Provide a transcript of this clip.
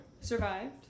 Survived